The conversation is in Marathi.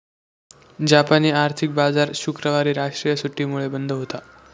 जापानी आर्थिक बाजार शुक्रवारी राष्ट्रीय सुट्टीमुळे बंद होता